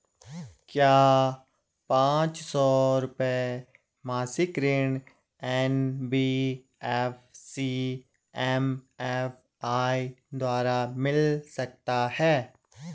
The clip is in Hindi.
क्या पांच सौ रुपए मासिक ऋण एन.बी.एफ.सी एम.एफ.आई द्वारा मिल सकता है?